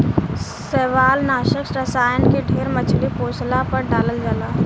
शैवालनाशक रसायन के ढेर मछली पोसला पर डालल जाला